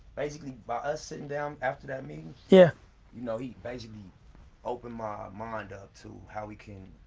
basically by us sitting down after that meeting, yeah you know he basically opened my mind up to how we can,